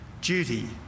Duty